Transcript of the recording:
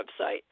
website